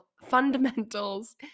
Fundamentals